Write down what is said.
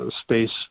space